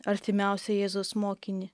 artimiausią jėzus mokinį